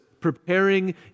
preparing